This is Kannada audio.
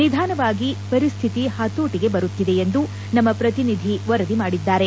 ನಿಧಾನವಾಗಿ ಪರಿಸ್ತಿತಿ ಹತೋಟಗೆ ಬರುತ್ತಿದೆ ಎಂದು ನಮ್ಮ ಪ್ರತಿನಿಧಿ ವರದಿ ಮಾಡಿದ್ದಾರೆ